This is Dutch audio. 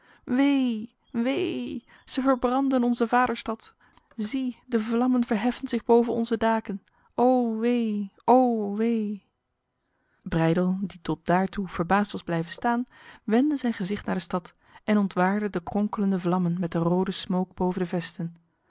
wee wee zij verbranden onze vaderstad zie de vlammen verheffen zich boven onze daken o wee o wee breydel die tot daar toe verbaasd was blijven staan wendde zijn gezicht naar de stad en ontwaarde de kronkelende vlammen met de rode smook boven de vesten